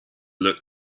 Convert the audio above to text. look